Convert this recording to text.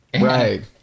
Right